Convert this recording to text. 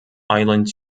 island